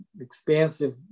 expansive